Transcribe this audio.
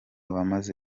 bamaze